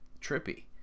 trippy